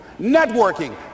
networking